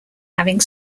having